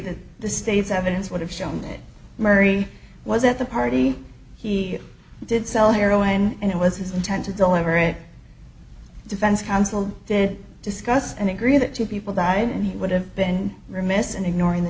that the state's evidence would have shown that murray was at the party he did sell heroin and it was his intent to deliver it defense counsel did discuss and agree that two people died and he would have been remiss in ignoring the